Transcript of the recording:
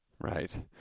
right